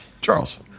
Charles